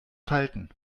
falten